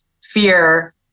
fear